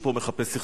הוא מחפש סכסוך.